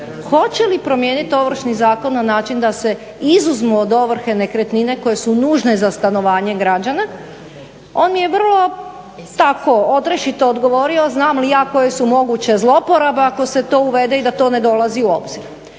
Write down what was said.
hoće li promijeniti Ovršni zakon na način da se izuzmu od ovrhe nekretnine koje su nužne za stanovanje građana. On mi je vrlo tako, odrješito odgovorio znam li ja koje su moguće zlouporabe ako se to uvede i da to ne dolazi u obzir.